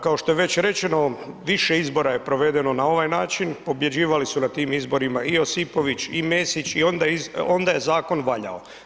Kao što je već rečeno, više izbora je provedeno na ovaj način, pobjeđivali su na tim izborima i Josipović i Mesić i onda je zakon valjao.